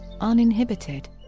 uninhibited